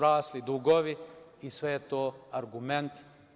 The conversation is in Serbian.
Rasli su dugovi i sve je to argument.